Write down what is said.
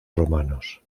romanos